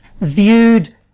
viewed